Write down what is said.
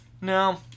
no